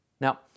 Now